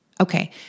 Okay